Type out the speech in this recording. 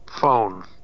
Phone